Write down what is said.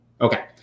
Okay